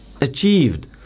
achieved